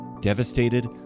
devastated